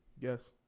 Yes